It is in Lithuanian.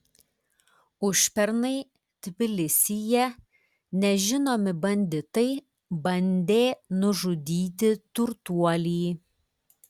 užpernai tbilisyje nežinomi banditai bandė nužudyti turtuolį